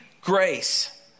grace